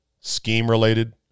scheme-related